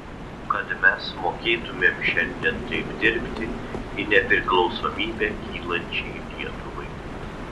kad mes mokėtumėm šiandien taip dirbti į nepriklausomybę kylančiai lietuvai